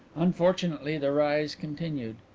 unfortunately, the rise continued.